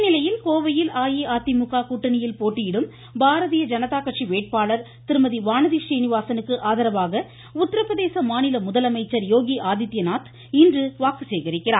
இந்நிலையில் கோவையில் அஇஅதிமுக கூட்டணியில் போட்டியிடும் பாரதீய ஜனதா கட்சி வேட்பாளர் திருமதி வானதி சீனிவாசனுக்கு ஆதரவாக உத்திரபிரதேச மாநில முதலமைச்சர் யோகி ஆதித்யநாத் இன்று வாக்கு சேகரிக்கிறார்